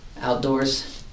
outdoors